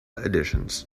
additions